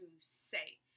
say